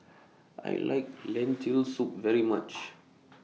I like Lentil Soup very much